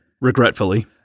Regretfully